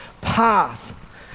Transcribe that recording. path